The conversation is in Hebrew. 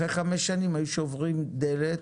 אחרי חמש שנים היו שוברים דלת,